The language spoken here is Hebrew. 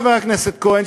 חבר הכנסת כהן,